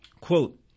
Quote